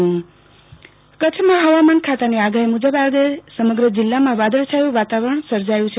આરતી ભટ હવામાન કચ્છમાં હવામાન ખાતાની આગાહી મુજબ આજે સમગ્ર જિલ્લામાં વાદળછાયું વાતાવરણ સર્જાયું છે